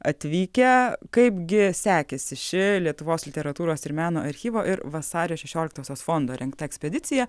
atvykę kaipgi sekėsi ši lietuvos literatūros ir meno archyvo ir vasario šešioliktosios fondo rengta ekspedicija